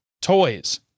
toys